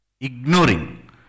Ignoring